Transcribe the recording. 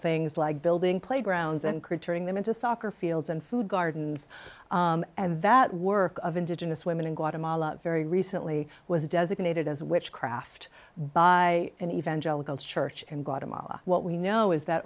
things like building playgrounds and protecting them into soccer fields and food gardens and that work of indigenous women in guatemala very recently was designated as witchcraft by an evangelical church and guatemala what we know is that